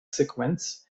sequenz